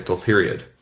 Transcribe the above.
period